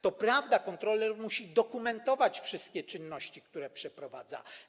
To prawda, kontroler musi dokumentować wszystkie czynności, które przeprowadza.